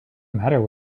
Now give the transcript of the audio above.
matter